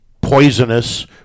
poisonous